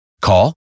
Call